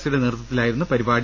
സിയുടെ നേതൃത്വത്തിലായിരുന്നു പരിപാടി